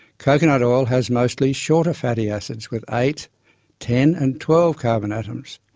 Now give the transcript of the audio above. coconut oil has mostly shorter fatty acids, with eight ten and twelve carbon atoms.